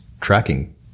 tracking